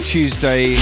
Tuesday